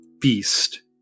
beast